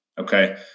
Okay